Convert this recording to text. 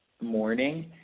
morning